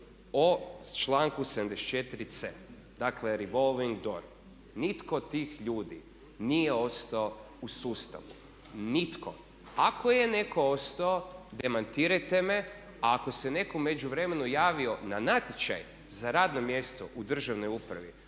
o članku 74c. dakle revolving door. Nitko od tih ljudi nije ostao u sustavu, nitko. Ako je netko ostao demantirajte me, a ako se netko u međuvremenu javio na natječaj za radno mjesto u državnoj upravi,